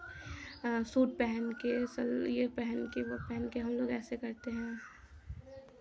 suit पहन के ये पहन के वो पहन के हम लोग ऐसे करते हैं